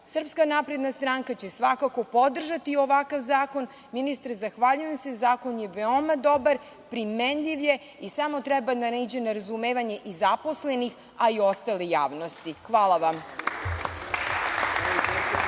velika. Srpska napredna stranka će svakako podržati ovakav zakon. Ministre, zahvaljujem se, zakon je veoma dobar, primenjiv je i samo treba da naiđe na razumevanje i zaposlenih a i ostale javnosti. Hvala vam.